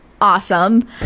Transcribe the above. awesome